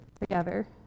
together